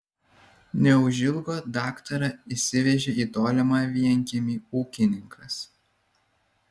neužilgo daktarą išsivežė į tolimą vienkiemį ūkininkas